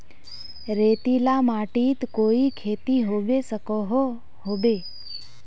रेतीला माटित कोई खेती होबे सकोहो होबे?